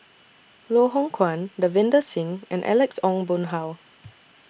Loh Hoong Kwan Davinder Singh and Alex Ong Boon Hau